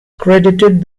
credited